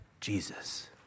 Jesus